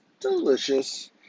delicious